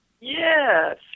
Yes